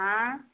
आं